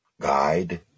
guide